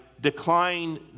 decline